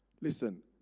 Listen